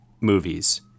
movies